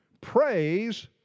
Praise